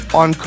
on